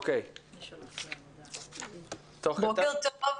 בוקר טוב.